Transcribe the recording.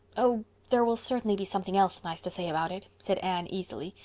oh, there will certainly be something else nice to say about it, said anne easily.